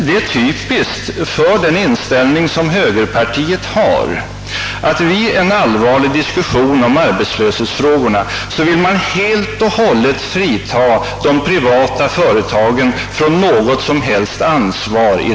Det är emellertid typiskt för högerpartiets inställning att i en allvarlig diskussion om arbetslöshetsfrågorna helt och hållet vilja frita de privata företagen från något som helst ansvar.